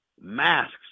masks